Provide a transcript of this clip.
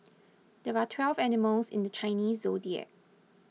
there are twelve animals in the Chinese zodiac